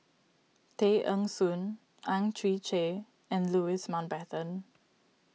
Tay Eng Soon Ang Chwee Chai and Louis Mountbatten